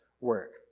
work